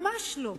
ממש לא.